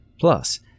Plus